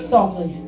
Softly